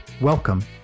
Welcome